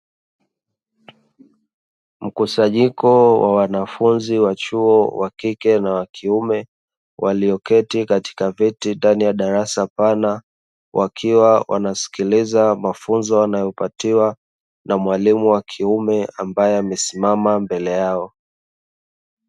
Mkusanyiko wa wanafunzi wa chuo wa kike na wa kiume walioketi katika viti ndani ya darasa pana, wakiwa wanasikiliza mafunzo wanayopatiwa na mwalimu wa kiume ambaye amesimama mbele yao.